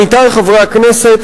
עמיתי חברי הכנסת,